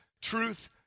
truth